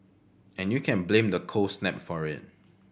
and you can blame the cold snap for it